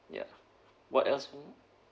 ya what else mm